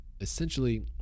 essentially